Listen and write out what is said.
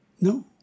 No